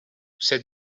said